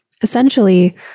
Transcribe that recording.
Essentially